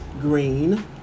green